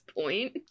point